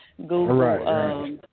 Google